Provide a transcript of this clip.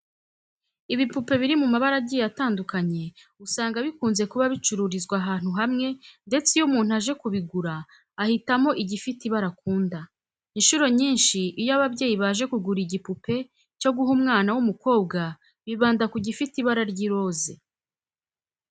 Ibipupe biri mu mabara agiye atandukanye, usanga bikunze kuba bicururizwa ahantu hamwe ndetse iyo umuntu aje kubigura ahitamo igifite ibara akunda. Inshuro nyinshi iyo ababyeyi baje kugura igipupe cyo guha umwana w'umukobwa bibanda ku gifite ibara ry'iroze.